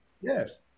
yes